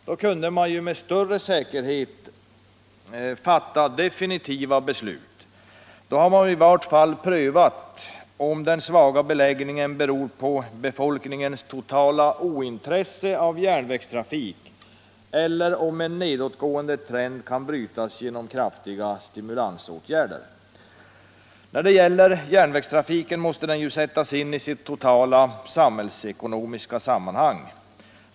Då kunde man ju med större säkerhet fatta definitiva beslut eftersom man i vart fall hade prövat, om den svaga beläggningen beror på befolkningens totala ointresse av järnvägstrafik eller om en nedåtgående trend kan brytas genom kraftiga stimulansåtgärder. Trafikpolitiken Trafikpolitiken Järnvägstrafiken måste sättas in i sitt totala samhällsekonomiska sammanhang.